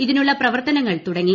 ഇതിനുള്ള പ്രവർത്ത നങ്ങൾ തുടങ്ങി